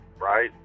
right